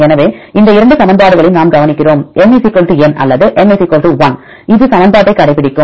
எனவே இந்த இரண்டு சமன்பாடுகளையும் நாம் கவனிக்கிறோம் N n அல்லது N 1 அது சமன்பாட்டைக் கடைப்பிடிக்கும்